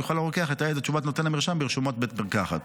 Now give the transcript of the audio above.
יוכל הרוקח לתעד את תשובת נותן המרשם ברשומות בית המרקחת.